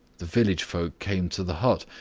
the village folk came to the hut,